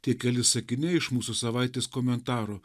tie keli sakiniai iš mūsų savaitės komentaro